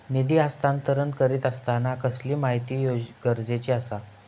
निधी हस्तांतरण करीत आसताना कसली माहिती गरजेची आसा?